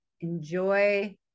enjoy